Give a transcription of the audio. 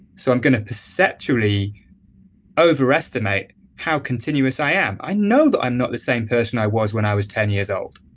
so i'm going to perceptually overestimate how continuous i am. i know that i'm not the same person i was when i was ten years old.